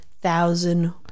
thousand